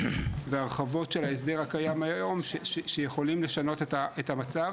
והרחבות של ההסדר הקיים היום שיכולים לשנות את המצב